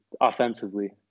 offensively